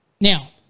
now